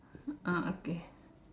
ah okay